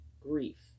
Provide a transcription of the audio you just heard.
grief